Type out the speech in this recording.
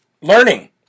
learning